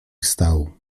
wstał